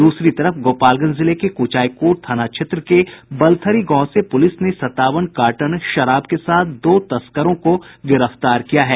दूसरी तरफ गोपालगंज जिले के कुचायकोट थाना क्षेत्र के बलथरी गांव से पूलिस ने संतावन कार्टन शराब के साथ दो तस्करों को गिरफ्तार किया है